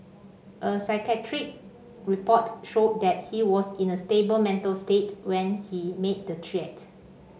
a psychiatric report showed that he was in a stable mental state when he made the threat